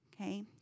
Okay